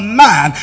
man